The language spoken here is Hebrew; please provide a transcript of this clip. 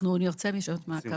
אנחנו נרצה ישיבת מעקב.